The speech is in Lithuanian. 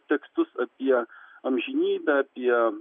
tekstus apie amžinybę apie